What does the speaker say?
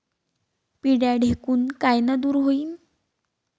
पिढ्या ढेकूण कायनं दूर होईन?